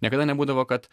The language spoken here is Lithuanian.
niekada nebūdavo kad